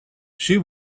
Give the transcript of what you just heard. she